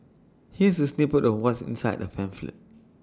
here's A snippet of what's inside the pamphlet